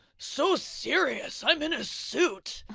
so serious, i'm in a suit.